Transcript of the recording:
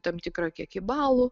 tam tikrą kiekį balų